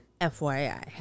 FYI